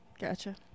gotcha